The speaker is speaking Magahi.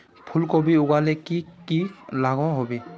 फूलकोबी लगाले की की लागोहो होबे?